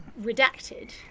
redacted